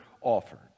offered